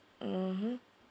mmhmm